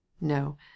No